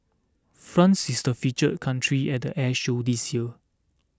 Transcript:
France is the feature country at the air show this year